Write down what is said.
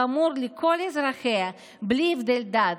לכל אזרחיה בלי הבדל דת,